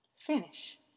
finish